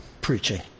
Preaching